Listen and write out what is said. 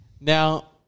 Now